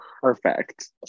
perfect